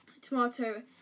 tomato